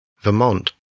Vermont